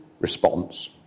response